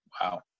Wow